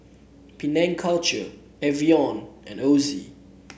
Penang Culture Evian and Ozi